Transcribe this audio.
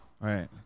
right